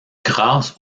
grâce